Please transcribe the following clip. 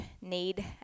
need